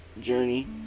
journey